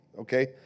okay